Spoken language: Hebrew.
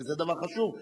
זה דבר חשוב,